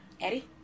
Eddie